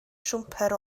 siwmper